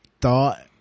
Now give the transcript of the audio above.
thought